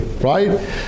right